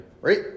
Right